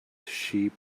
sheep